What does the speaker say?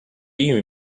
you